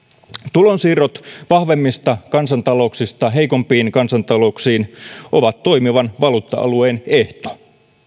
tulonsiirrot vahvemmista kansantalouksista heikompiin kansantalouksiin ovat toimivan valuutta alueen ehto